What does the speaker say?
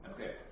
Okay